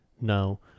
now